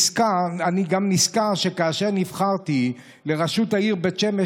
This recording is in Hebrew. אני גם נזכר שכאשר נבחרתי לראשות העיר בית שמש,